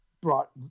brought